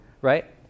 right